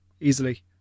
easily